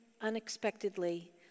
unexpectedly